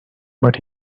but